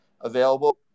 available